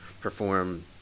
perform